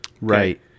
Right